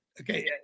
Okay